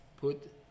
put